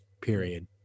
period